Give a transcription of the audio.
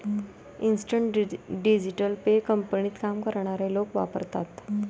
instant digital pay कंपनीत काम करणारे लोक वापरतात